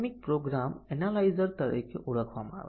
અને સાતમુ A એ 0 છે BC ને 0 1 પર રાખવામાં આવે છે